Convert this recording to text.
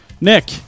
Nick